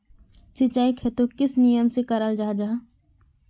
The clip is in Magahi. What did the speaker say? सिंचाई खेतोक किस नियम से कराल जाहा जाहा?